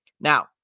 Now